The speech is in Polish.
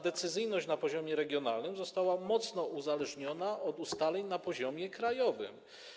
Decyzyjność na poziomie regionalnym została mocno uzależniona od ustaleń na poziomie krajowym.